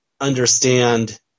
understand